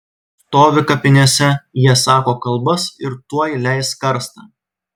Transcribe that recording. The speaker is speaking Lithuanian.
stovi kapinėse jie sako kalbas ir tuoj leis karstą